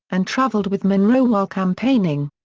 and traveled with monroe while campaigning.